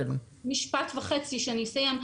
רק עוד משפט וחצי ואני אסיים.